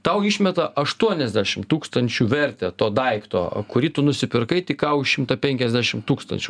tau išmeta aštuoniasdešim tūkstančių vertę to daikto kurį tu nusipirkai tik ką už šimtą penkiasdešim tūkstančių